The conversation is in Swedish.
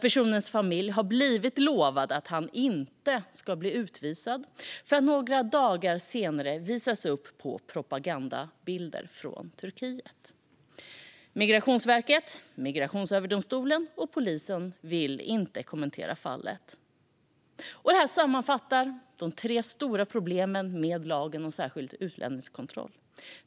Personens familj har blivit lovad att han inte ska bli utvisad för att några dagar senare se honom visas upp på propagandabilder från Turkiet. Migrationsverket, Migrationsöverdomstolen och polisen vill inte kommentera fallet. Det här sammanfattar de tre stora problemen med lagen om särskild utlänningskontroll.